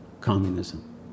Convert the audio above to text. Communism